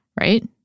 Right